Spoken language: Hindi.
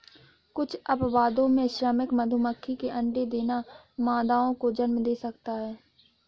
कुछ अपवादों में, श्रमिक मधुमक्खी के अंडे देना मादाओं को जन्म दे सकता है